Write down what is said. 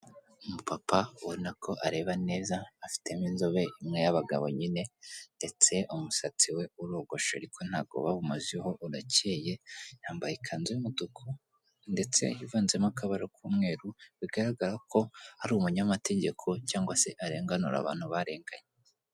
Umupapa ubona ko areba neza, afitemo inzobe imwe y'abagabo nyine ndetse umusatsi we urogoshe ariko ntabwo bawumazeho urakeye, yambaye ikanzu y'umutuku ndetse ivanzemo akabaro k'umweru, bigaragara ko ari umunyamategeko cyangwa se arenganura abantu barenganye.